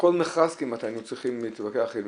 בכל מכרז כמעט היינו צריכים להתמקח.